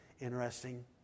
interesting